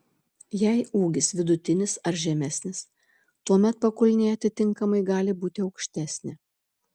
jei ūgis vidutinis ar žemesnis tuomet pakulnė atitinkamai gali būti aukštesnė